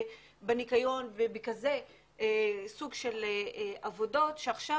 בניקיון ובסוג כזה של עבודות ועכשיו